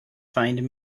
find